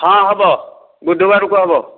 ହଁ ହେବ ବୁଧବାରକୁ ହେବ